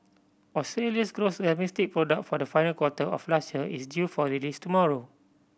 Australia's gross domestic product for the final quarter of last year is due for release tomorrow